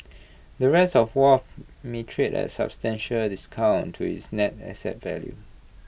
the rest of wharf may trade at substantial A discount to its net asset value